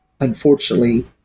unfortunately